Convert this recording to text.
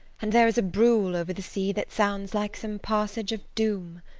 and there is a brool over the sea that sounds like some presage of doom.